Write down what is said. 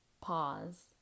pause